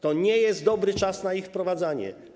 To nie jest dobry czas na ich wprowadzanie.